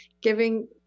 giving